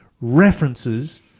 references